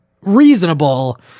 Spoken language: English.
reasonable